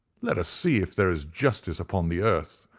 let us see if there is justice upon the earth,